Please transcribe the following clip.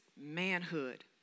manhood